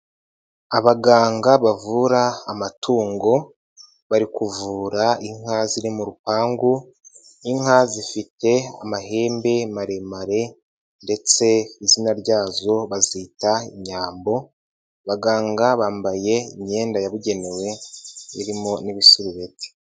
Abaganga bavura amatungo bari kuvura inka ziri mu rupangu, inka zifite amahembe maremare ndetse izina ryazo bazita Inyambo, abaganga bambaye imyenda yabugenewe irimo n'ibisurubeti.